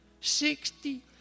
Sixty